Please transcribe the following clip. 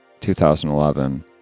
2011